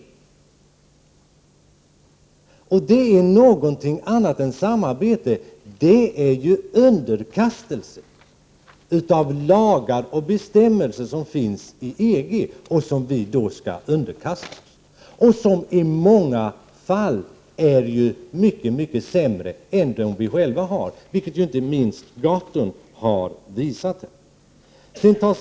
1988/89:129 någonting annat än samarbete med Västeuropa, det är underkastelse. Vi 6 juni 1989 kommer att underkasta oss EG:s lagar och bestämmelser, som i många fall är mycket sämre än de som vi själva har, vilket inte minst Per Gahrton har visat på här.